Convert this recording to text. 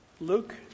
Luke